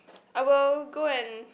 I will go and